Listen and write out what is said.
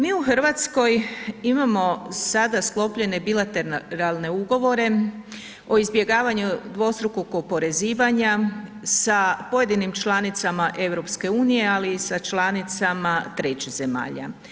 Mi u RH imamo sada sklopljene bilateralne ugovore o izbjegavanju dvostrukog oporezivanja sa pojedinim članicama EU, ali i sa članicama trećih zemalja.